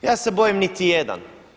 Ja se bojim niti jedan.